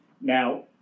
Now